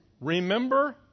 Remember